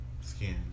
skin